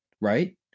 right